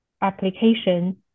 application